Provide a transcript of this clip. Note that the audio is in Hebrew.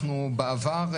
אנחנו בעבר,